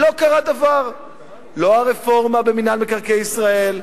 לא קרה דבר, לא הרפורמה במינהל מקרקעי ישראל,